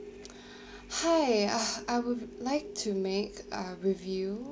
hi ah I would like to make uh review